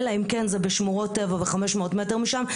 אלא אם כן זה בשמורות טבע ו-500 מטר משם.